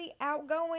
outgoing